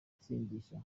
ibisindisha